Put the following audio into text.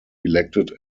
elected